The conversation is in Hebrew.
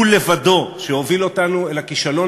הוא לבדו שהוביל אותנו אל הכישלון